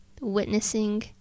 witnessing